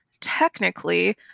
technically